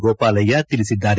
ಗೋಪಾಲಯ್ಯ ತಿಳಿಸಿದ್ದಾರೆ